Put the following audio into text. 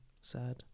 sad